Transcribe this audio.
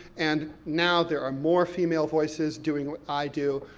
and now, there are more female voices doing what i do.